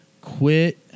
Quit